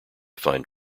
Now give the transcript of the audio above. find